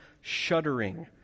shuddering